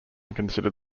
considered